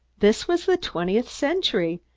this was the twentieth century,